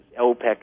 OPEC